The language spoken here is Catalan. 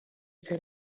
fer